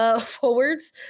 forwards